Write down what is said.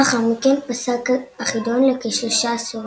לאחר מכן פסק החידון לכשלושה עשורים.